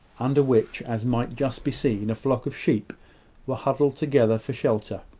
under which, as might just be seen, a flock of sheep were huddled together for shelter.